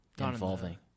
involving